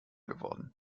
geworden